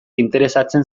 interesatzen